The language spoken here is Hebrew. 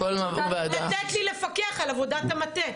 ולתת לי לפקח על עבודת המטה,